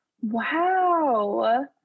Wow